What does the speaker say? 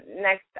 Next